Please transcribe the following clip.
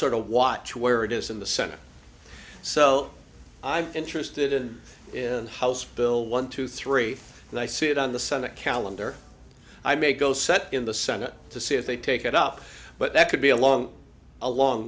sort of watch where it is in the senate so i'm interested in in the house bill one two three and i see it on the senate calendar i may go set up in the senate to see if they take it up but that could be a long a long